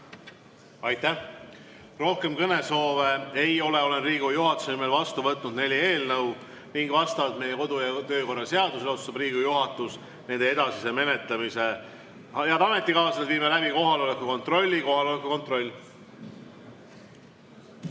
Aitäh! Rohkem kõnesoove ei ole. Olen Riigikogu juhatuse nimel vastu võtnud neli eelnõu ning vastavalt meie kodu‑ ja töökorra seadusele otsustab Riigikogu juhatus nende edasise menetlemise. Head ametikaaslased, viime läbi kohaloleku kontrolli. Kohaloleku kontroll.